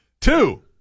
Two